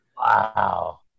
Wow